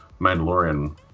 Mandalorian